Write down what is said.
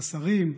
השרים,